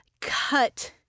Cut